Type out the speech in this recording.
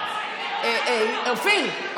אופיר,